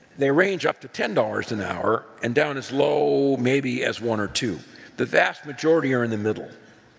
they range up to ten dollars an hour and down as low, maybe, as one or two. but the vast majority are in the middle,